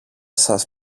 σας